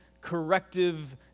corrective